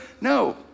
No